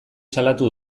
salatu